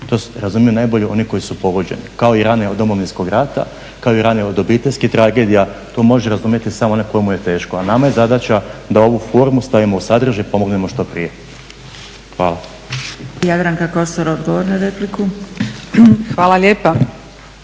To razumiju najbolje oni koji su pogođeni, kao i rane od Domovinskog rata, kao i rane od obiteljskih tragedija. To može razumjeti samo onaj kojemu je teško, a nama je zadaća da ovu formu stavimo u sadržaj i pomognemo što prije. Hvala. **Zgrebec, Dragica